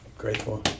grateful